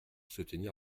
soutenir